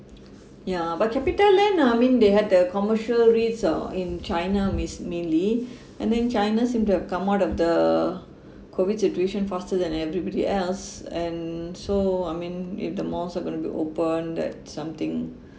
ya but capitaland ah I mean they had the commercial REITS uh in china mis~ mainly and then china's seem to have come out of the COVID situation faster than everybody else and so I mean if the malls are gonna be open that something